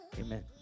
Amen